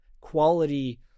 quality